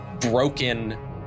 broken